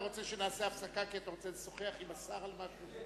אתה רוצה שנעשה הפסקה כי אתה רוצה לשוחח עם השר על משהו?